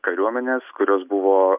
kariuomenės kurios buvo